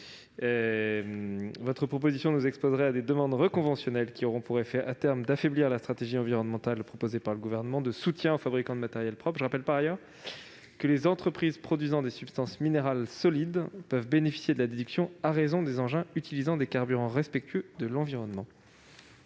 était adopté, nous exposerait à des demandes reconventionnelles, qui auraient pour effet d'affaiblir à terme la stratégie environnementale du Gouvernement en matière de soutien aux fabricants de matériel propre. Je rappelle par ailleurs que les entreprises produisant des substances minérales solides peuvent bénéficier de la déduction à raison des engins utilisant des carburants respectueux de l'environnement.